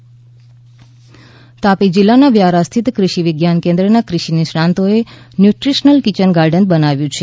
Tapi kitchen garden Tapi જિલ્લાના વ્યારા સ્થિત કૃષિ વિજ્ઞાન કેન્દ્રના કૃષિ નિષ્ણાતોએ ન્યુટ્રિશનલ કિયન ગાર્ડન બનાવ્યું છે